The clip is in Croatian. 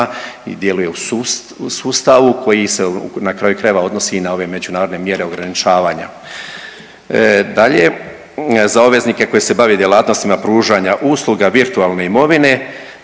djeluje u sustavu koji se na kraju krajeva odnosi i na ove međunarodne mjere ograničavanja. Dalje, za obveznike koji se bave djelatnostima pružanja usluga virtualne imovine